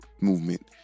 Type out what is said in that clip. movement